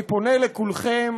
אני פונה לכולכם,